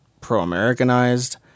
pro-Americanized